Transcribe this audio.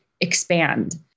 expand